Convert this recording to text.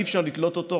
אי-אפשר לתלות אותו,